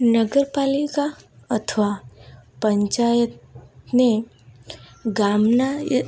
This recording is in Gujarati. નગરપાલિકા અથવા પંચાયતને ગામના